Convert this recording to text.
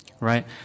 right